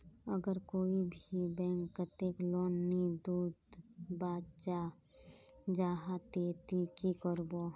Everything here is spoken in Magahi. अगर कोई भी बैंक कतेक लोन नी दूध बा चाँ जाहा ते ती की करबो?